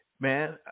man